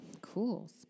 Cool